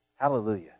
Hallelujah